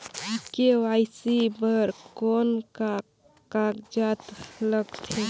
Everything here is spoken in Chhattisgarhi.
के.वाई.सी बर कौन का कागजात लगथे?